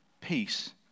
peace